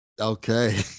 Okay